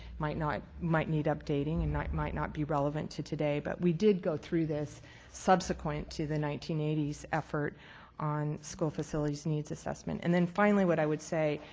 might not might need updating and might might not be relevant to today, but we did go through this subsequent to the nineteen eighty s effort on school facilities needs assessment. and then finally what i would say,